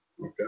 Okay